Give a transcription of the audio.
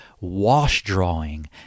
wash-drawing